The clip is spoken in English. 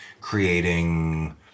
creating